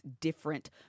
different